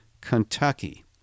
Kentucky